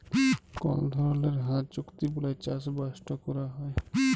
call ধরলের হাঁ চুক্তি বালায় চাষবাসট ক্যরা হ্যয়